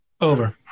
Over